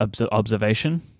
observation